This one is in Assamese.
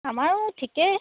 আমাৰো ঠিকেই